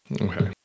Okay